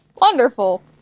Wonderful